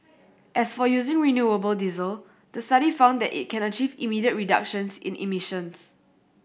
as for using renewable diesel the study found that it can achieve immediate reductions in emissions